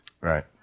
right